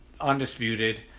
undisputed